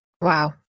Wow